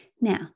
Now